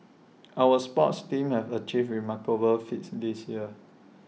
our sports teams have achieved remarkable feats this year